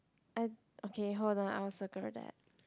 I okay hold on I will circle that